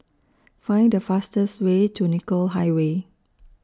Find The fastest Way to Nicoll Highway